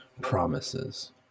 promises